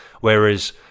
Whereas